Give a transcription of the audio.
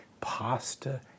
pasta